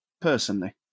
personally